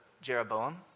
Jeroboam